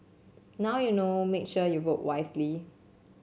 now you know make sure you vote wisely